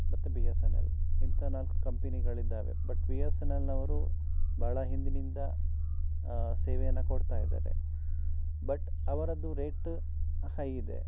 ಮತ್ತು B S N L ಇಂಥ ನಾಲ್ಕು ಕಂಪೆನಿಗಳಿದ್ದಾವೆ ಬಟ್ ಬಿ ಎಸ್ ಎನ್ ಎಲ್ನವರು ಭಾಳ ಹಿಂದಿನಿಂದ ಸೇವೆಯನ್ನು ಕೊಡ್ತಾಯಿದ್ದಾರೆ ಬಟ್ ಅವರದ್ದು ರೇಟ ಸರಿಯಿದೆ